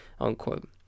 unquote